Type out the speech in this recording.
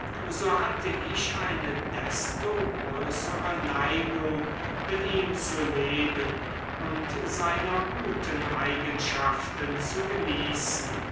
so hatte ich eine desto größere neigung mit ihm zu leben und seiner guten eigenschaften zu genießen